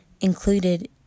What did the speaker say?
included